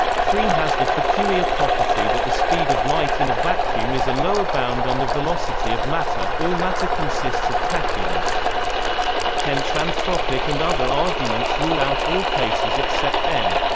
three has the peculiar property that the speed of light in a vacuum is a lower bound on the velocity of matter all matter consists of tachyons hence anthropic and other arguments rule out all cases except n